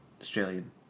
Australian